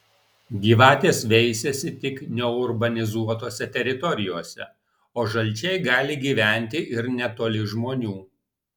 gyvatės veisiasi tik neurbanizuotose teritorijose o žalčiai gali gyventi ir netoli žmonių